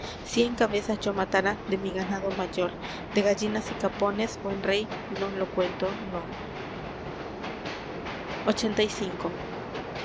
non cien cabezas yo matara de mi ganado mayor de gallinas y capones buen rey non lo cuento non